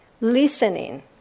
listening